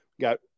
got